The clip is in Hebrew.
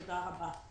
תודה רבה.